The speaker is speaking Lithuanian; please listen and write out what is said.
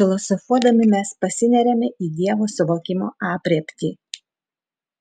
filosofuodami mes pasineriame į dievo suvokimo aprėptį